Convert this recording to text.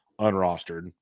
unrostered